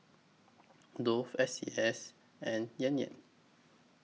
Dove S C S and Yan Yan